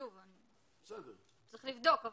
שוב, צריך לבדוק.